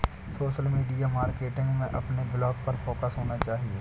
social media marketing में अपने blog पर फोकस होना चाहिए